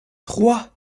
trois